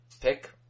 pick